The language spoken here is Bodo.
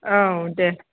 औ दे